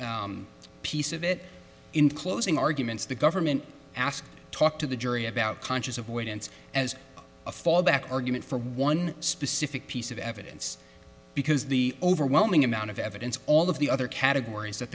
piece of it in closing arguments the government asked talk to the jury about conscious avoidance as a fallback argument for one specific piece of evidence because the overwhelming amount of evidence all of the other categories that